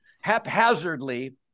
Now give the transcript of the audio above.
haphazardly